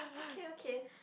okay okay